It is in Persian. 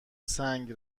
سنگ